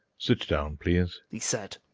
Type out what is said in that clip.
sit down, please, he said.